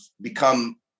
become